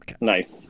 Nice